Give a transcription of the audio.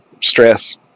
stress